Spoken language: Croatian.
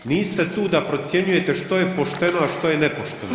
Niste tu da procjenjujete što je pošteno, a što je nepošteno.